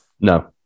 No